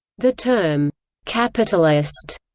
the term capitalist,